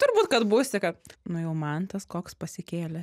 turbūt kad būsi kad nu jau mantas koks pasikėlęs